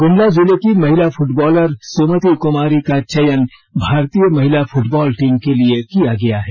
गुमला जिले की महिला फुटबॉलर सुमति कुमारी का चयन भारतीय महिला फुटबॉल टीम के लिए किया गया है